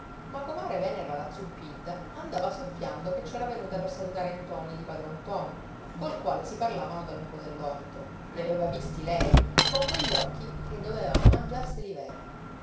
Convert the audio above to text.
ma comare venera la zuppidda andava soffiando che c'era venuta per salutare ntoni di padron ntoni col quale si parlavano dal muro dell'orto li aveva visti lei con quegli occhi che dovevano mangiarseli i vermi